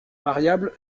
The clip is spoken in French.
variable